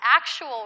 actual